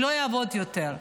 לא יעבוד יותר.